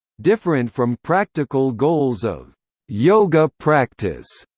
different from practical goals of yoga practice,